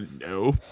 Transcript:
no